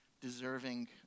deserving